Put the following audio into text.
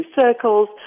circles